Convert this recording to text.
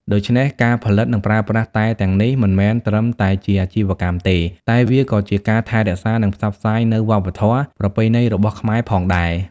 ដូច្នេះ ការផលិតនិងប្រើប្រាស់តែទាំងនេះមិនមែនត្រឹមតែជាអាជីវកម្មទេ តែវាក៏ជាការថែរក្សានិងផ្សព្វផ្សាយនូវវប្បធម៌ប្រពៃណីរបស់ខ្មែរផងដែរ។